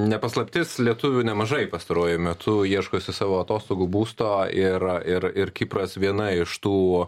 ne paslaptis lietuvių nemažai pastaruoju metu ieškosi savo atostogų būsto ir ir ir kipras viena iš tų